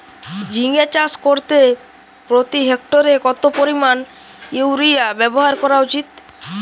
ঝিঙে চাষ করতে প্রতি হেক্টরে কত পরিমান ইউরিয়া ব্যবহার করা উচিৎ?